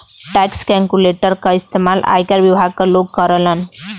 tax calculator क इस्तेमाल आयकर विभाग क लोग करलन